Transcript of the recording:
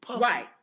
right